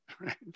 right